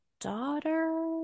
daughter